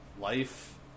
Life